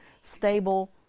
stable